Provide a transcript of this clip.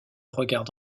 regarde